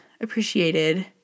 appreciated